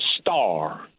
star